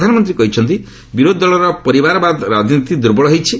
ପ୍ରଧାନମନ୍ତ୍ରୀ କହିଛନ୍ତି ବିରୋଧୀ ଦଳର ପରିବାରବାଦ ରାଜନୀତି ଦୁର୍ବଳ ହୋଇଛି